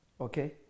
Okay